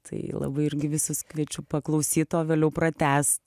tai labai irgi visus kviečiu paklausyt o vėliau pratęst